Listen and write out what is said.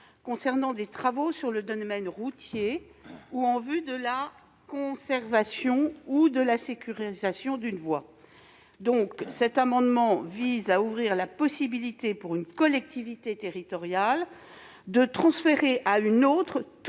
concernant des travaux sur le domaine routier ou en vue de la conservation ou de la sécurisation d'une voie. En d'autres termes, il s'agit d'autoriser une collectivité territoriale à transférer à une autre toute